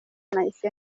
nahise